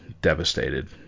Devastated